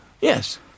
Yes